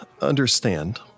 understand